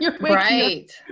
Right